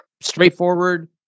straightforward